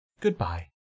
Goodbye